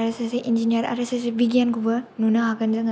आरो सासे इन्जिनियार आरो सासे बिगियानखौबो नुनो हागोन जोङो